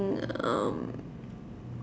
um